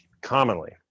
commonly